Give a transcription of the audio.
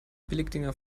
billigdinger